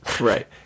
Right